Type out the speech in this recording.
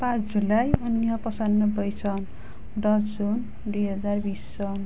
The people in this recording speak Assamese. পাঁচ জুলাই ঊনৈছশ পঁচান্নব্বৈ চন দহ জুন দুই হেজাৰ বিছ চন